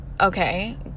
okay